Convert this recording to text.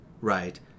Right